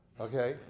Okay